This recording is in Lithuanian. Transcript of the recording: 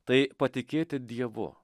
tai patikėti dievu